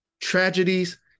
tragedies